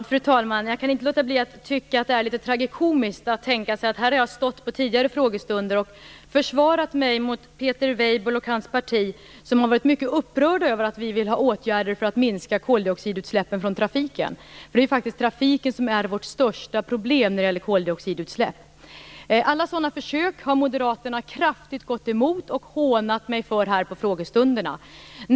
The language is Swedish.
Fru talman! Jag kan inte låta bli att tycka att det är litet tragikomiskt när jag tänker på att jag har stått här tidigare vid frågestunder och försvarat mig mot Peter Weibull Bernström och hans parti, som har varit mycket upprörda över att vi vill vidta åtgärder för att minska koldioxidutsläppen från trafiken. Det är faktiskt trafiken som är vårt största problem när det gäller koldioxidutsläpp. Alla sådana försök har moderaterna kraftigt gått emot och hånat mig för på frågestunderna här.